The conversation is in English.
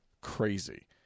crazy